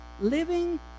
living